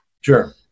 Sure